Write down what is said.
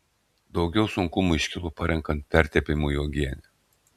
daugiau sunkumų iškilo parenkant pertepimui uogienę